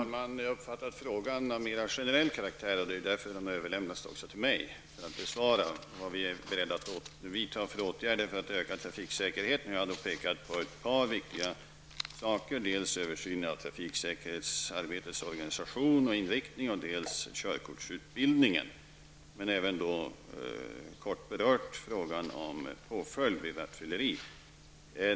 Herr talman! Jag uppfattade frågan som mera generell. Det är därför som den har överlämnats till mig. Jag har svarat på vad vi är beredda att vidta för åtgärder för att öka trafiksäkerheten. Jag har då pekat på ett par viktiga saker, dels översynen av trafiksäkerhetsarbetets organisation och inriktning, dels körkortsutbildningen. Jag har även kort berört frågan om påföljd vid rattfylleri.